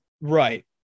right